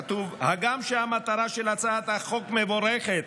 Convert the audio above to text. כתוב: הגם שהמטרה של הצעת החוק מבורכת,